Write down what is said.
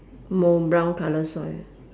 mou brown colour soil